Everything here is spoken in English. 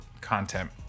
content